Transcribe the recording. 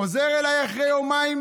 חוזר אליי אחרי יומיים